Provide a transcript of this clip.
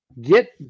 get